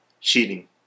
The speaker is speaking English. cheating